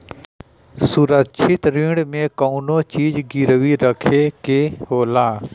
सुरक्षित ऋण में कउनो चीज गिरवी रखे के होला